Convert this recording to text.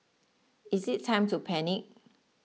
is it time to panic